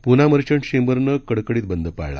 Poona merchants चेंबरनं कडकडीत बंद पाळला